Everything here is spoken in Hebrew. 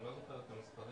אני לא זוכר את המספרים,